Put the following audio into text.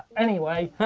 anyway,